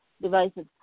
devices